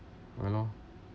ha lor